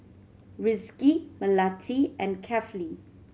Rizqi Melati and Kefli